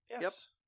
Yes